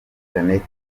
jeannette